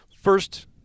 first